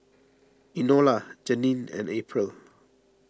Enola Janeen and April